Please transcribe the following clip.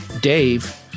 Dave